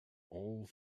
all